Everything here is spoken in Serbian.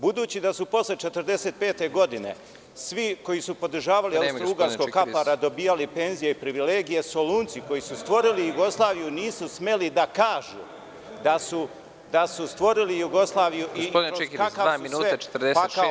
Budući da su posle 1945. godine svi koji su podržavali austrougarskog kaplara dobijali penzije i privilegije, Solunci koji su stvorili Jugoslaviji nisu smeli da kažu da su stvorili Jugoslavijui kroz kakav su sve pakao prošli.